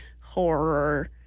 horror